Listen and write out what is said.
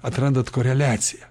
atrandat koreliaciją